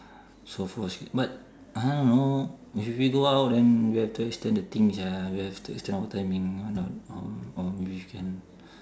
so but I don't know if we go out then we have to extend the thing sia we have to extend our timing or not um um we can